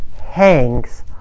hangs